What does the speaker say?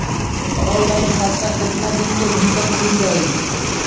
Online खाता केतना दिन के भीतर ख़ुल जाई?